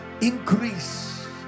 increase